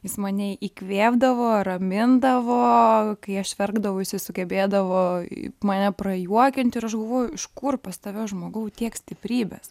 jis mane įkvėpdavo ramindavo kai aš verkdavau jisai sugebėdavo mane prajuokinti ir aš galvoju iš kur pas tave žmogau tiek stiprybės